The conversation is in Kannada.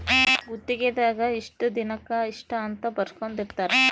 ಗುತ್ತಿಗೆ ದಾಗ ಇಷ್ಟ ದಿನಕ ಇಷ್ಟ ಅಂತ ಬರ್ಸ್ಕೊಂದಿರ್ತರ